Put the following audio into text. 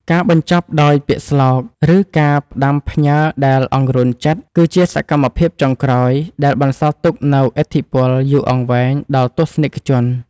ការបញ្ចប់ដោយពាក្យស្លោក ឬការផ្ដាំផ្ញើដែលអង្រួនចិត្ត គឺជាសកម្មភាពចុងក្រោយដែលបន្សល់ទុកនូវឥទ្ធិពលយូរអង្វែងដល់ទស្សនិកជន។